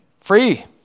free